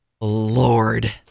Lord